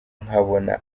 nkabona